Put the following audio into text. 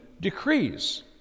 decrees